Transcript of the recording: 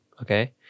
Okay